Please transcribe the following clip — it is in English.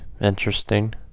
interesting